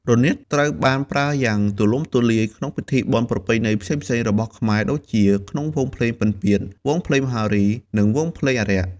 រនាតត្រូវបានប្រើប្រាស់យ៉ាងទូលំទូលាយក្នុងពិធីបុណ្យប្រពៃណីផ្សេងៗរបស់ខ្មែរដូចជាក្នុងវង់ភ្លេងពិណពាទ្យ វង់ភ្លេងមហោរី និងវង់ភ្លេងអារក្ស។